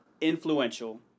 Influential